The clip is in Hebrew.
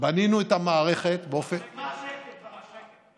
בנינו את המערכת, אז מה השקר בזה?